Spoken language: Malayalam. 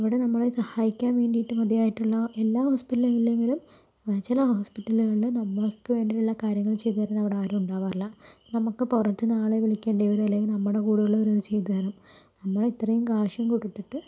അവിടെ നമ്മളെ സഹായിക്കാൻ വേണ്ടിയിട്ട് മതിയായിട്ടുള്ള എല്ലാ ഹോസ്പിറ്റൽ അല്ലെങ്കിലും ചില ഹോസ്പിറ്റലുകളിൽ നമ്മൾക്ക് വേണ്ടിയിട്ടുള്ള കാര്യങ്ങൾ ചെയ്ത് തരുന്ന അവിടെ ആരും ഉണ്ടാകാറില്ലാ നമുക്ക് പുറത്തു നിന്ന് ആളെ വിളിക്കേണ്ടി വരും അല്ലെങ്കിൽ നമ്മുടെ കൂടെ ഉള്ളവർ അത് ചെയ്തു തരണം നമ്മൾ ഇത്രയും കാശും കൊടുത്തിട്ട്